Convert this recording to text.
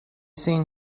seen